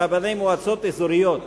רבני מועצות אזוריות.